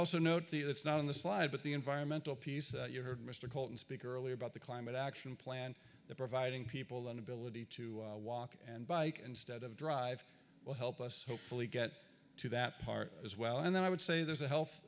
also note the that's not on the slide but the environmental piece you heard mr colton speaker earlier about the climate action plan that providing people an ability to walk and bike instead of drive will help us hopefully get to that part as well and then i would say there's a health